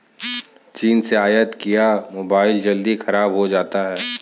चीन से आयत किया मोबाइल जल्दी खराब हो जाता है